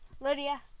Lydia